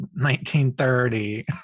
1930